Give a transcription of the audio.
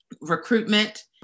Recruitment